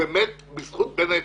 בין היתר,